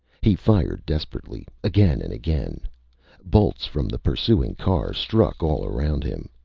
he fired desperately, again and again bolts from the pursuing car struck all round him.